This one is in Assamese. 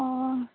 অ